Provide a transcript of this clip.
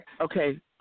Okay